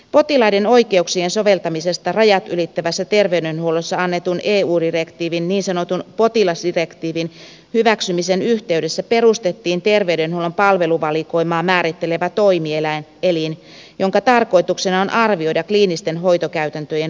potilaiden oikeuksien soveltamisesta rajat ylittävässä terveydenhuollossa annetun eu direktiivin niin sanotun potilasdirektiivin hyväksymisen yhteydessä perustettiin terveydenhuollon palveluvalikoimaa määrittelevä toimielin jonka tarkoituksena on arvioida kliinisten hoitokäytäntöjen vaikuttavuutta